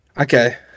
Okay